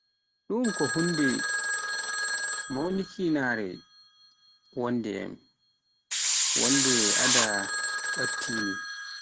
Ɗum ko huunde mawnikinaare wonande en, wonde aɗa ɓadtii min